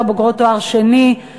יותר בוגרות תואר שני,